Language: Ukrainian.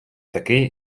такий